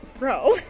Bro